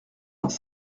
dans